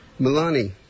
Milani